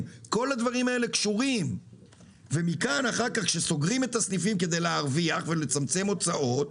אבל ראיתי שישה כספומטים